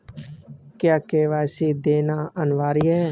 क्या के.वाई.सी देना अनिवार्य है?